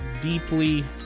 deeply